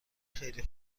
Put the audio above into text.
خیلی